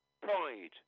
Pride